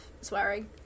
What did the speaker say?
swearing